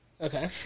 Okay